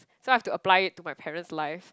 so I have to apply it to my parent's life